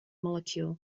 molecule